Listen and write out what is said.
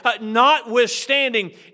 notwithstanding